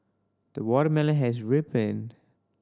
the watermelon has ripened